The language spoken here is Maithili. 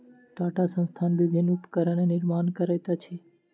टाटा संस्थान विभिन्न उपकरणक निर्माण करैत अछि